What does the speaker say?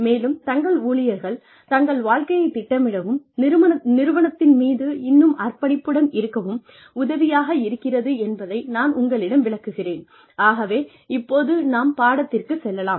மேலும் தங்கள் ஊழியர்கள் தங்கள் வாழ்க்கையைத் திட்டமிடவும் நிறுவனத்தின் மீது இன்னும் அர்ப்பணிப்புடன் இருக்கவும் உதவியாக இருக்கிறது என்பதை நான் உங்களிடம் விளக்குகிறேன் ஆகவே இப்போது நாம் பாடத்திற்கு செல்லலாம்